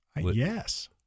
Yes